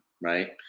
right